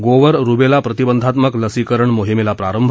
गोवर रुबेला प्रतिबंधात्मक लसीकरण मोहिमेला प्रारंभ